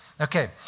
Okay